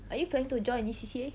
are you planning to join any C_C_A